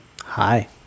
Hi